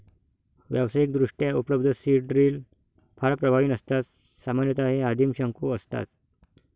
व्यावसायिकदृष्ट्या उपलब्ध seed drill फार प्रभावी नसतात सामान्यतः हे आदिम शंकू असतात